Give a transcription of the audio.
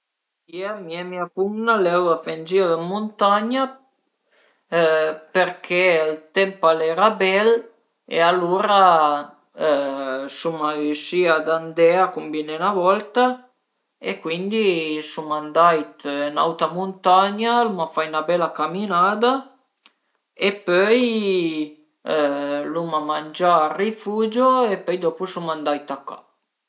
la coza pi divertenta ch'a sia mai capitame al e cuandi al an fame la festa a surpreza dë me diciottezim compleanno che savìu pa ch'a i era tüta ch'la gent li e lur al avìu ënvitala e mi sun cuandi i sun arivà li sun staie li përché l'ai vist ën cazin dë gent che vedìu pa da tantu